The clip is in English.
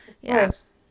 yes